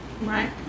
right